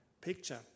picture